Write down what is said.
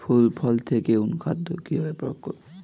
ফুল ফল পেতে অনুখাদ্য কিভাবে প্রয়োগ করব?